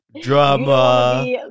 drama